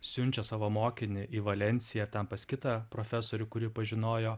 siunčia savo mokinį į valensiją ten pas kitą profesorių kurį pažinojo